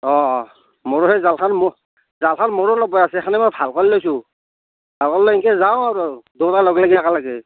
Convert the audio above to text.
অ অ মোৰ এই জালখন মোৰো জালখন মোৰো অলপ বেয়া আছে সেইখনেই মই ভাল কৰি লৈছোঁ আগৰলৈ এনকে যাওঁ আৰু দুইটা লগলাগি একেলগে